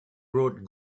brought